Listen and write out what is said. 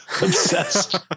Obsessed